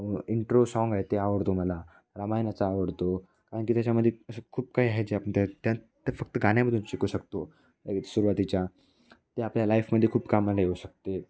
intro song आहे ते आवडतो मला रामायणाचा आवडतो कारण की त्याच्यामध्ये असं खूप काही आहे जे आपण त्या त्या फक्त गाण्यामधून शिकू शकतो सुरुवातीच्या ते आपल्या लाईफमध्ये खूप कामाला येऊ शकते